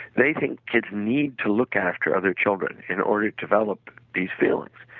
they think kids need to look after other children in order to develop these feelings.